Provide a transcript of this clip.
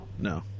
No